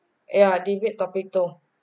yeah debate topic two